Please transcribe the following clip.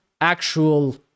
actual